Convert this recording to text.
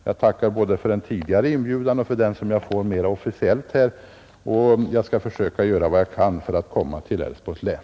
Jag tackar både för den tidigare inbjudan och för den som Nr 70 jag får mera officiellt här, och jag skall försöka göra vad jag kan för att Tisdagen den